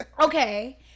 Okay